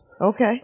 Okay